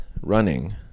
running